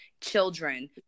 children